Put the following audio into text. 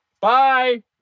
Bye